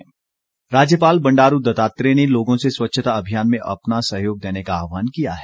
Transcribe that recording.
राज्यपाल राज्यपाल बंडारू दत्तात्रेय ने लोगों से स्वच्छता अभियान में अपना सहयोग देने का आहवान किया है